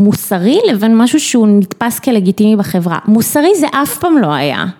מוסרי לבין משהו שהוא נתפס כלגיטימי בחברה מוסרי זה אף פעם לא היה